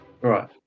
Right